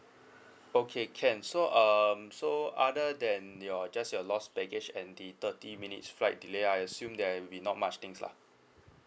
okay can so um so other than your just your loss baggage and the thirty minutes flight delay I assume there're be not much things lah